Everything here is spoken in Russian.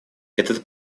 этот